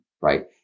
right